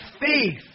faith